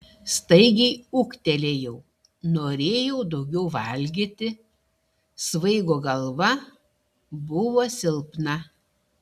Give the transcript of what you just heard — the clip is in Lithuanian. staigiai ūgtelėjau norėjau daugiau valgyti svaigo galva buvo silpna